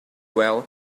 well